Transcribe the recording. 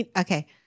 Okay